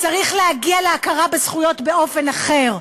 צריך להגיע להכרה בזכויות באופן אחר.